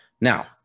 Now